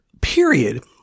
period